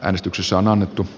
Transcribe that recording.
äänestyksessä on annettu a